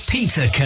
Peter